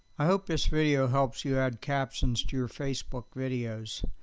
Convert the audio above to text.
i hope this video helps you add captions to your facebook videos.